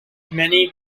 many